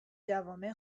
جوامع